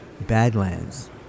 Badlands